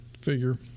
figure